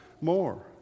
more